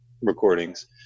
recordings